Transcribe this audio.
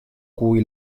cui